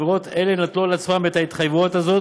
חברות אלה נטלו על עצמן את ההתחייבות הזאת